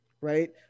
right